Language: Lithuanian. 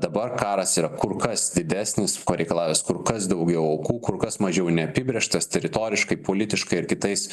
dabar karas yra kur kas didesnis ko reikalavęs kur kas daugiau aukų kur kas mažiau neapibrėžtas teritoriškai politiškai ir kitais